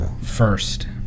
first